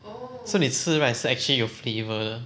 so 你吃 right 是 actually 有 flavour 的